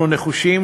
אנחנו נחושים